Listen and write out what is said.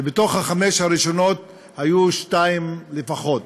ובתוך החמש הראשונות היו שתיים לפחות.